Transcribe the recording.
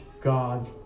God's